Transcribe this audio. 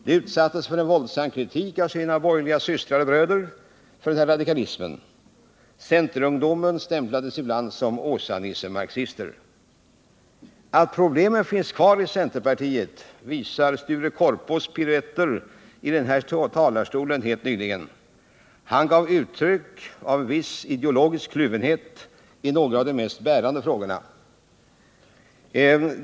De utsattes för våldsam kritik av sina borgerliga systrar och bröder för denna radikalism. Centerungdomen stämplades ibland som Åsa-Nisse-marxister. Att problemen finns kvar i centerpartiet visar Sture Korpås piruetter nyss i denna talarstol. Han gav uttryck för viss ideologisk kluvenhet i några av de mest bärande frågorna.